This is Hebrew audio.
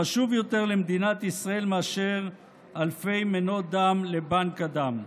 חשוב יותר למדינת ישראל מאשר אלפי מנות דם לבנק הדם?